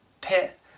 pit